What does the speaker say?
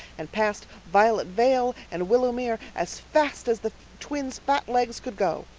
and past violet vale and willowmere, as fast as the twins' fat legs could go.